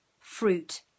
fruit